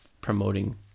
promoting